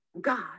God